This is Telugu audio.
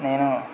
నేను